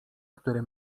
które